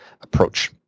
approach